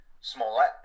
Smollett